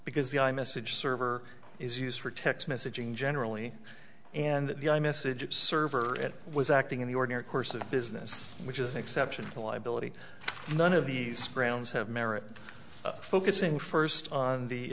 because the i message server is used for text messaging generally and the i message a server it was acting in the ordinary course of business which is an exception to liability none of these grounds have merit focusing first on the